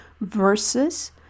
versus